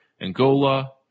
Angola